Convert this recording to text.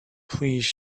please